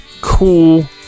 cool